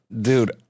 Dude